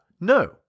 No